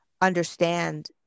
understand